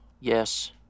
yes